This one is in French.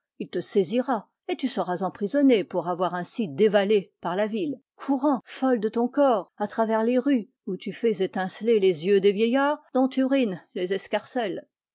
il te saisira et tu seras emprisonnée pour avoir ainsi dévalé par la ville courant folle de ton corps à travers les rues où tu fais étinceler les yeux des vieillards dont tu ruines les escarcelles